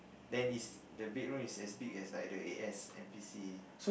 then is the bedroom is as big as like the A_S_M_P_C